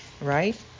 right